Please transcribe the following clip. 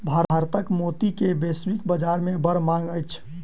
भारतक मोती के वैश्विक बाजार में बड़ मांग अछि